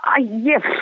Yes